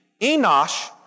Enosh